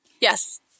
yes